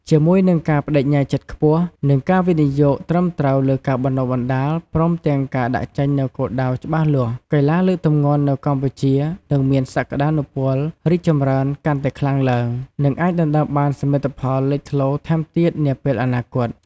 ជាមួយនឹងការប្តេជ្ញាចិត្តខ្ពស់ និងការវិនិយោគត្រឹមត្រូវលើការបណ្តុះបណ្តាល ព្រមទាំងការដាក់ចេញនូវគោលដៅច្បាស់លាស់ កីឡាលើកទម្ងន់នៅកម្ពុជានឹងមានសក្តានុពលរីកចម្រើនកាន់តែខ្លាំងឡើង និងអាចដណ្តើមបានសមិទ្ធផលលេចធ្លោថែមទៀតនាពេលអនាគត។